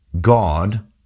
God